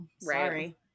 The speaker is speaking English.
sorry